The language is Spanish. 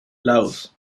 lagos